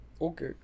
Okay